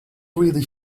really